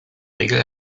regel